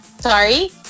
sorry